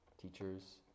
teachers